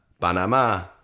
Panama